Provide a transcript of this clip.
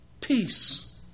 Peace